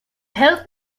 help